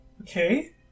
Okay